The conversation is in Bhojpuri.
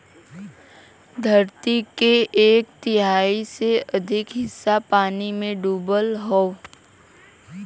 धरती के एक तिहाई से अधिक हिस्सा पानी में डूबल हौ